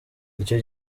icyo